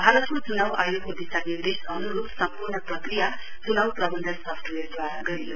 भारतको चुनाउ आयोगको दिशा निर्देश अनुरुप सम्पूर्ण प्रक्रिया चुनाव प्रवन्धन स्फटेवयर दूवारा गरियो